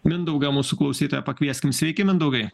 mindaugą mūsų klausytoją pakvieskim sveiki mindaugai